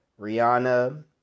Rihanna